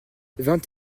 vingt